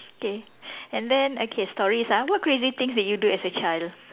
okay and then okay stories ah what crazy things did you do as a child